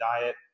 diet